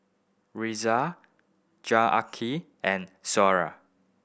Razia Janaki and